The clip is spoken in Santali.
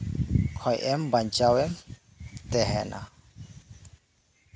ᱠᱷᱚᱱ ᱮᱢ ᱵᱟᱧᱪᱟᱣ ᱮᱢ ᱛᱟᱦᱮᱸᱱᱟ